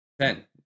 Ten